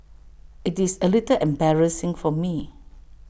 IT is A little embarrassing for me